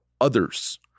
others